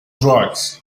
drugs